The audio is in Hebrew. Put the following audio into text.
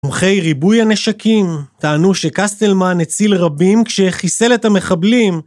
תומכי ריבוי הנשקים, טענו שקסטלמן הציל רבים כשהחיסל את המחבלים